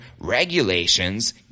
regulations